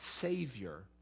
savior